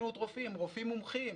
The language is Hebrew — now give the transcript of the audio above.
זמינות רופאים מומחים.